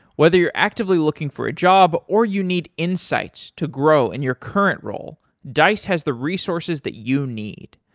whether you're actively looking for a job or you need insights to grow in your current role, dice has the resources that you need.